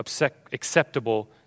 acceptable